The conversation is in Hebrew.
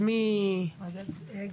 רוצה להתייחס עכשיו?